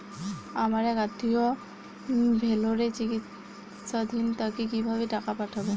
আমার এক আত্মীয় ভেলোরে চিকিৎসাধীন তাকে কি ভাবে টাকা পাঠাবো?